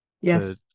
Yes